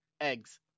Eggs